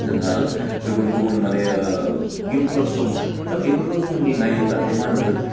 जोंहा गुबुन गुबुन माने ओ इउथ क्लाब्स दङ दा बेफोरखौ जों नायोब्लाथाइ मा नुगोन